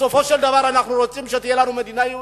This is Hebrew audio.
בסופו של דבר אנחנו רוצים שתהיה לנו מדינה יהודית.